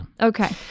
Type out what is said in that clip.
Okay